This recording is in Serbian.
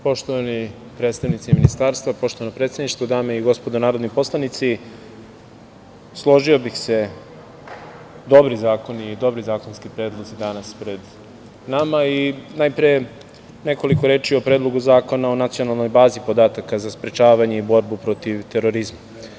Poštovani predstavnici Ministarstva, poštovano predsedništvo, dame i gospodo narodni poslanici, složio bih se, dobri zakoni i dobri zakonski predlozi danas pred nama i najpre nekoliko reči o Predlogu zakona o nacionalnoj bazi podataka za sprečavanje i borbu protiv terorizma.